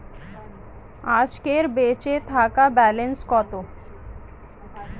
আজকের বেচে থাকা ব্যালেন্স কত?